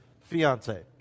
fiance